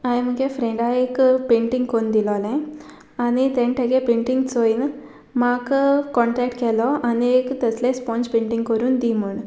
हांवें म्हगे फ्रेंडा एक पेंटींग कोन्न दिलोलें आनी तेंणें टॅगे पेंटींग चोयन म्हाक कॉन्टेक्ट केलो आनी एक तसले स्पोंज पेंटींग करून दी म्हूण